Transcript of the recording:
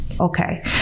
Okay